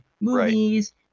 movies